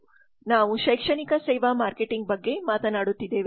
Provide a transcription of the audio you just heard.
ಆದ್ದರಿಂದ ನಾವು ಶೈಕ್ಷಣಿಕ ಸೇವಾ ಮಾರ್ಕೆಟಿಂಗ್ ಬಗ್ಗೆ ಮಾತನಾಡುತ್ತಿದ್ದೇವೆ